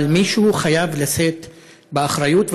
אבל מישהו חייב לשאת באחריות,